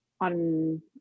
on